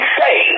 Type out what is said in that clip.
say